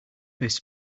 his